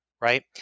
right